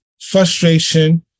frustration